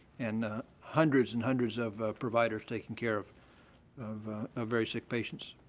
and hundreds and hundreds of providers taking care of of ah very sick patients.